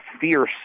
fierce